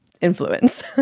influence